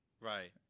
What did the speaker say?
Right